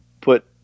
put